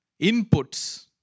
inputs